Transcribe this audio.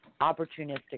opportunistic